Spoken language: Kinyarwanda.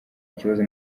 kibazo